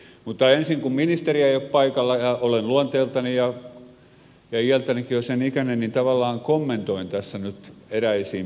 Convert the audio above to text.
ensin kun ministeri ei ole paikalla ja kun olen luonteeltani sellainen ja jo sen ikäinenkin tavallaan kommentoin tässä nyt eräisiin puheenvuoroihin alussa